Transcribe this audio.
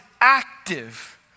active